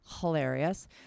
hilarious